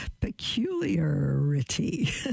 peculiarity